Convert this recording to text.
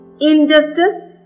injustice